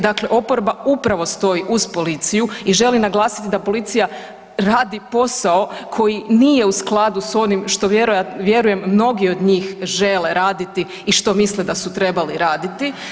Dakle, oporba upravo stoji uz policiju i želi naglasiti da policija radi posao koji nije u skladu s onim što vjerujem mnogi od njih žele raditi i što misle da su trebali raditi.